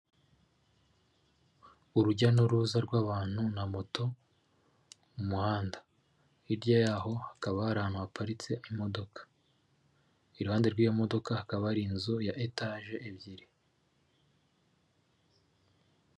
Urujya n'uruza rw'abantu na moto mu muhanda. Hirya y'aho hakaba hari ahantu haparitse imodoka. Iruhande rw'iyo modoka hakaba hari inzu ya etaje ebyiri.